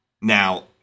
Now